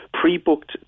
pre-booked